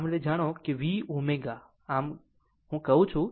આમ જાણો કે હું કરું છું